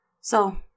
So